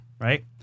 right